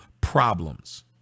problems